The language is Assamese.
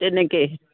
তেনেকৈয়ে